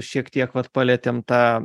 šiek tiek vat palietėm tą